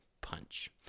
Punch